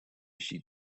she